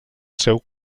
seu